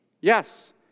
Yes